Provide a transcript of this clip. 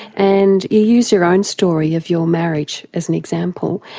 and you use your own story of your marriage as an example.